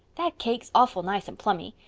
that cake's awful nice and plummy.